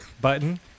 button